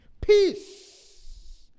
Peace